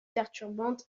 perturbante